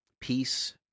peace